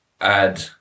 add